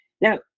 Now